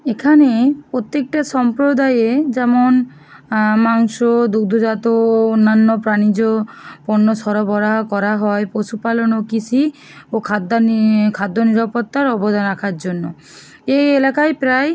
এখানে প্রত্যেকটা সম্প্রদায়ে যেমন মাংস দুগ্ধজাত অন্যান্য প্রাণীজ পণ্য সরবরাহ করা হয় পশুপালন ও কিষি ও খাদ্যানি খাদ্য নিরাপত্তার অবদান রাখার জন্য এই এলাকায় প্রায়